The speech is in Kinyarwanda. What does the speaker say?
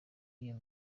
iyo